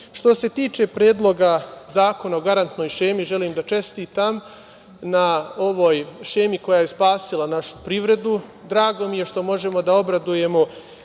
se tiče Predloga zakona o garantnoj šemi, želim da čestitam na ovoj šemi koja je spasila našu privredu. Drago mi je što možemo da obradujemo